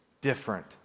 different